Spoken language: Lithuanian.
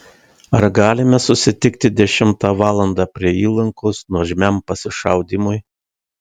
ar galime susitikti dešimtą valandą prie įlankos nuožmiam pasišaudymui